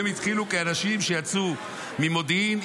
הם התחילו כאנשים שיצאו ממודיעין,